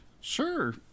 Sure